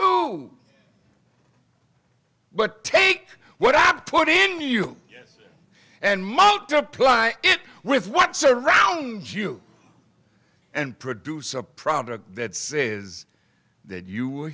too but take what i have put in you and multiply it with what's around you and produce a product that says that you were